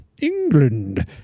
England